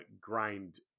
grind